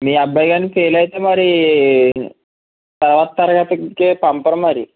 మీ అబ్బాయి కాని ఫెయిల్ అయితే మరి తరువాత తరగతికి పంపరు మరి